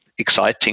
exciting